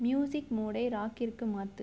music மோடை ராக்கிற்கு மாற்று